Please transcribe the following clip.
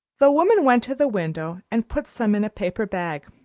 the woman went to the window and put some in a paper bag.